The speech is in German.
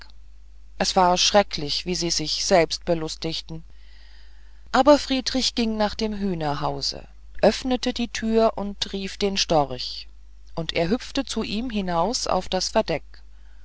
es war erschrecklich wie sie sich selbst belustigten aber friedrich ging nach dem hühnerhause öffnete die thür rief den storch und er hüpfte zu ihm hinaus auf das verdeck